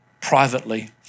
privately